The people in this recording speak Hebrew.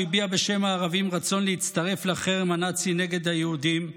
הוא הביע בשם הערבים רצון להצטרף לחרם הנאצי נגד היהודים,